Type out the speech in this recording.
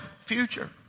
future